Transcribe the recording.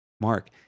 Mark